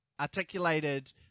articulated